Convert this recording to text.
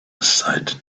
decided